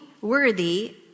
worthy